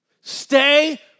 Stay